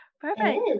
Perfect